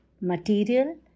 material